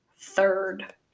third